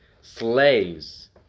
slaves